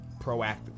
proactive